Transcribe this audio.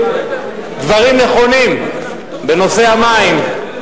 דברים נכונים בנושא המים,